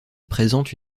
présente